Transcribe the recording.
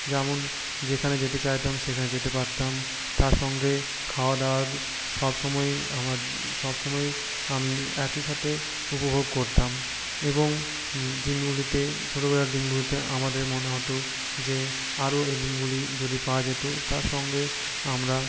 যেমন যেখানে যেতে চাইতাম সেখানে যেতে পারতাম তার সঙ্গে খাওয়া দাওয়ার সবসময়ে আমার সবসময়ে আমি একই সাথে উপভোগ করতাম এবং দিনগুলিতে ছোটোবেলার দিনগুলিতে আমাদের মনে হতো যে আরও এই দিনগুলি যদি পাওয়া যেত তার সঙ্গে আমরা